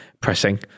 pressing